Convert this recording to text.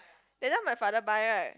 that time my father buy right